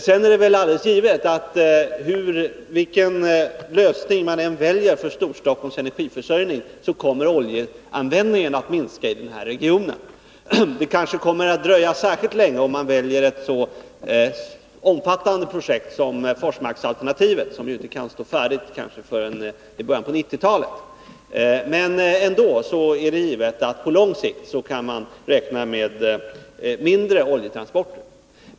Sedan är det väl alldeles givet att vilken lösning man än väljer när det gäller Storstockholms energiförsörjning kommer oljeanvändningen inom regionen att minska. Det kommer kanske att dröja särskilt länge, om man väljer ett så omfattande projekt som Forsmarksalternativet, som ju inte kan stå färdigt förrän kanske i början av 1990-talet. Trots detta är det givet att man på lång sikt kan räkna med mindre omfattande oljetransporter.